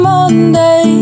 Monday